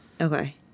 Okay